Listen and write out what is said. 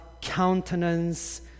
countenance